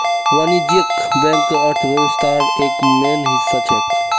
वाणिज्यिक बैंक अर्थव्यवस्थार एक मेन हिस्सा छेक